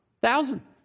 thousand